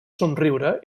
somriure